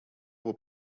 оба